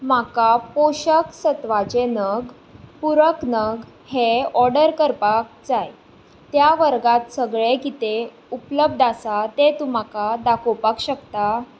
म्हाका पोशक सत्वाचे नग पुरक नग हें ऑर्डर करपाक जाय त्या वर्गांत सगळें कितें उपलब्ध आसा तें तूं म्हाका दाखोवपाक शकता